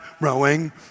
rowing